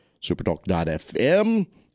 Supertalk.fm